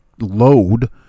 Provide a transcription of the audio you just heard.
load